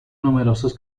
numerosas